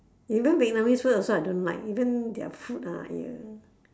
even vietnamese food also I don't like even their food ah !eeyer!